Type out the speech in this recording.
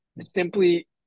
simply